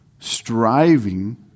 striving